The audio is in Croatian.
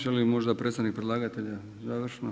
Želi li možda predstavnik predlagatelja završno?